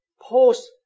post